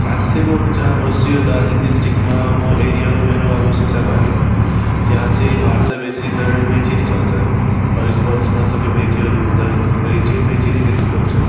खास चाहिँ म जहाँ बस्यो दार्जिलिङ डिस्ट्रिक्टमा म एरिया हो मेरो अब सिसाबारी त्यहाँ चाहिँ भाषा बेसीतर मेचे नै चल्छ अढोसपढोसमा सबै मेचेहरू हुँदाखेरि चाहिँ मेचे नै बेसी बोल्छ